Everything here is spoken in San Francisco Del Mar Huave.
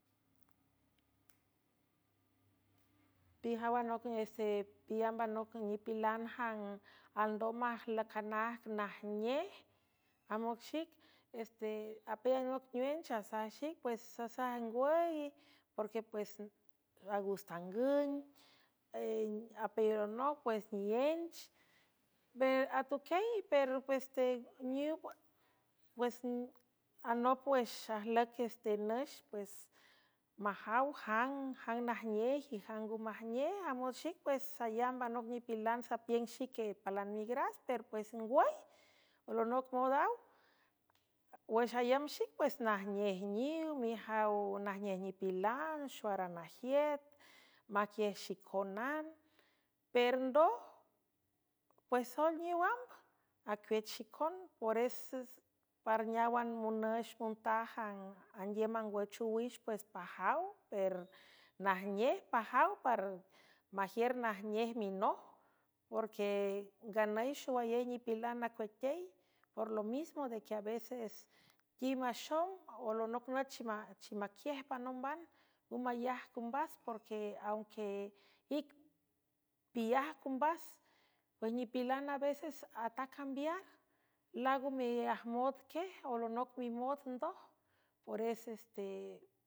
Pijaw anoc nej este pilambanoc nipilan jang alndo majlücanajg najnej amoc xic eapeyanoc nwench asaj xic pues sasaj angwüy porque pues agustangün apaylonoc ues niench atuquiey per ipues anop wüx ajlüces tenüx pues majaw jangjang najnej y jang nga majnej amood xic pues salamb anoc nipilan sapiüng xique palan migras per pues ningwüy olonoc moodaw wüx alamb xic pues najnej niw mijaw najnej nipilan xoara najiüt maquiej xicónan per ndpues soel niw amb acueech xicon pores par neáwan monüx montaj ang anduiüm angwüch owix pues pajaw per najnej pajaw par majiür najnej minoj porque nganüy xowayey nipilan acueaquey por lo mismo de que a veces quim maxom olonoc nüch chimaquiej panomban ngo mayaj c ombas porque aunque ic pilaj c ombas pues nipilan a veces atacambiar lango miajmood quiej olonoc mimood ndoj por eses te.